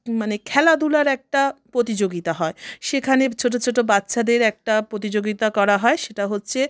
মানে খেলাধূলার একটা প্রতিযোগিতা হয় সেখানে ছোট ছোট বাচ্চাদের একটা প্রতিযোগিতা করা হয় সেটা হচ্ছে